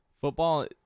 football